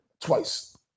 twice